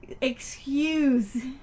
excuse